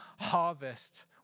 harvest